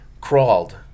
crawled